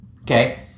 Okay